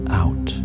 out